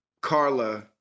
Carla